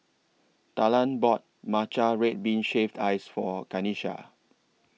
Talan bought Matcha Red Bean Shaved Ice For Kanisha